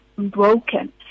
broken